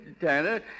Tanner